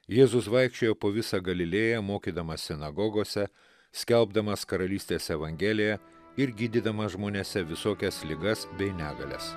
jėzus vaikščiojo po visą galilėją mokydamas sinagogose skelbdamas karalystės evangeliją ir gydydamas žmonėse visokias ligas bei negalias